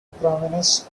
prominence